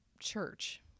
church